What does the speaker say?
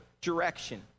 direction